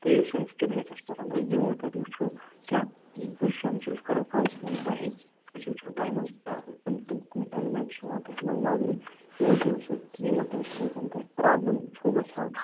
تُہۍ یِیُو سٲنِس کِلنِکَس پٮ۪ٹھ أسۍ دِمَو تَتہِ وُچھٕو کیٛاہ پُزِشَن چھِ أسۍ کَرَو کۄسِلِنگ تۄہہِ أسۍ وُچھٕو تۄہہِ منٛز کیٛاہ کٔم کٔم اٮ۪لِمیٚنٹٕس چھِ یِوان تۄہہِ منٛز نظرِ یِم چیٖزٕ سۭتۍ یِمو تۄہہِ سۭتۍ کانٛہہ پرابلِم چھٕو گژھان